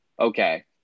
okay